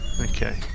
Okay